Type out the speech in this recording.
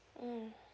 mm